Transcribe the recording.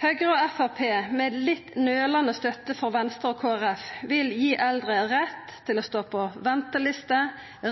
Høgre og Framstegspartiet – med litt nølande støtte frå Venstre og Kristeleg Folkeparti – vil gi eldre rett til å stå på venteliste,